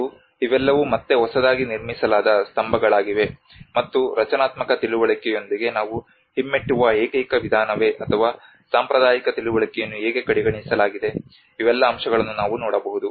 ಮತ್ತು ಇವೆಲ್ಲವೂ ಮತ್ತೆ ಹೊಸದಾಗಿ ನಿರ್ಮಿಸಲಾದ ಸ್ತಂಭಗಳಾಗಿವೆ ಮತ್ತು ರಚನಾತ್ಮಕ ತಿಳುವಳಿಕೆಯೊಂದಿಗೆ ನಾವು ಹಿಮ್ಮೆಟ್ಟುವ ಏಕೈಕ ವಿಧಾನವೇ ಅಥವಾ ಸಾಂಪ್ರದಾಯಿಕ ತಿಳುವಳಿಕೆಯನ್ನು ಹೇಗೆ ಕಡೆಗಣಿಸಲಾಗಿದೆ ಇವೆಲ್ಲ ಅಂಶಗಳನ್ನು ನಾವು ನೋಡಬಹುದು